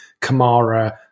Kamara